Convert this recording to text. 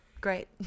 great